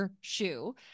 shoe